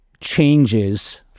changes